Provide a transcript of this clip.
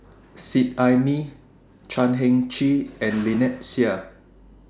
Seet Ai Mee Chan Heng Chee and Lynnette Seah